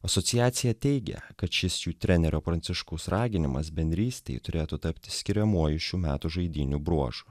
asociacija teigia kad šis jų trenerio pranciškaus raginimas bendrystei turėtų tapti skiriamuoju šių metų žaidynių bruožu